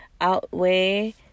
outweigh